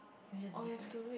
so I just leave right